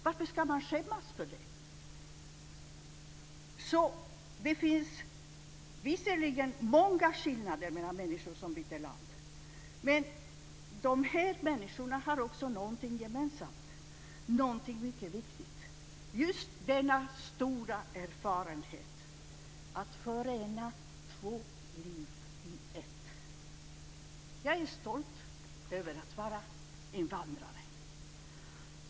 Varför ska man skämmas för det? Det finns visserligen många skillnader mellan människor som byter land. Men dessa människor har också någonting gemensamt, någonting mycket viktigt, nämligen just denna stora erfarenhet av att förena två liv i ett. Jag är stolt över att vara invandrare.